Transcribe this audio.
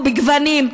שיהיה,